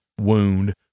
wound